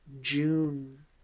June